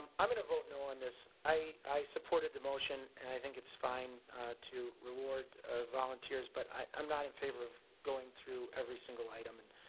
i'm going to vote no on this. this. i supported the motion and i think it's fine to reward a volunteers, but i, i'm not in favor of going through every single item and,